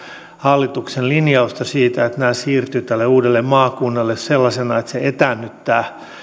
hallituksen linjausta siitä että nämä siirtyvät tälle uudelle maakunnalle sellaisena että se etäännyttää